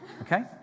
Okay